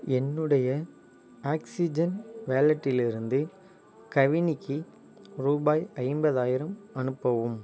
என்னுடைய ஆக்ஸிஜன் வேலட்டில் இருந்து கவினிக்கி ரூபாய் ஐம்பதாயிரம் அனுப்பவும்